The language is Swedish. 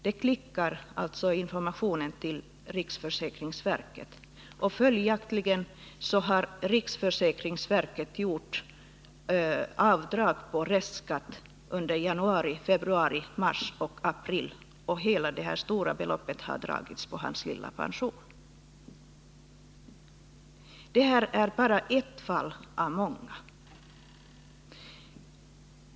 Det klickar alltså i informationen till riksförsäkringsverket, och följaktligen har riksförsäkringsverket gjort avdrag på restskatt under januari, februari, mars och april — och hela det här stora beloppet har dragits på hans lilla pension. Det här är bara ett fall av många.